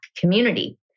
community